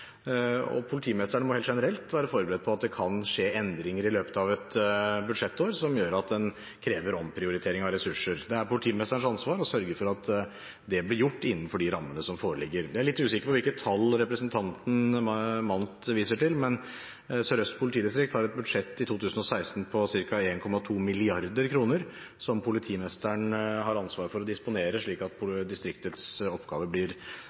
Og politimesteren må helt generelt være forberedt på at det kan skje endringer i løpet av et budsjettår som gjør at en krever omprioritering av ressurser. Det er politimesterens ansvar å sørge for at det blir gjort innenfor de rammene som foreligger. Jeg er litt usikker på hvilke tall representanten Mandt viser til, men Sør-Øst politidistrikt har et budsjett for 2016 på ca. 1,2 mrd. kr, som politimesteren har ansvar for å disponere slik at distriktets oppgaver blir